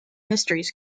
histories